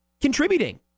contributing